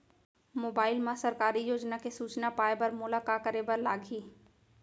mobile मा सरकारी योजना के सूचना पाए बर मोला का करे बर लागही